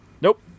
Nope